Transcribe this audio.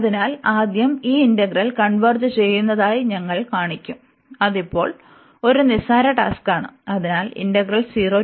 അതിനാൽ ആദ്യം ഈ ഇന്റഗ്രൽ കൺവെർജ് ചെയ്യുന്നതായി ഞങ്ങൾ കാണിക്കും അത് ഇപ്പോൾ ഒരു നിസ്സാര ടാസ്ക്കാണ്